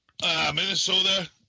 Minnesota